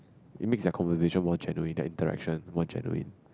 it makes their conversation more genuine their interaction more genuine